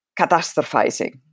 catastrophizing